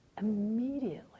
immediately